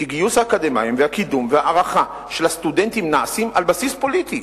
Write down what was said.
כי גיוס האקדמאים והקידום וההערכה של הסטודנטים נעשים על בסיס פוליטי.